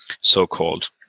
so-called